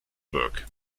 work